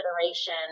consideration